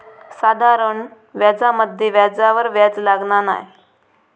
साधारण व्याजामध्ये व्याजावर व्याज लागना नाय